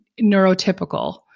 neurotypical